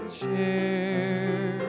share